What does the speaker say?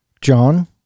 John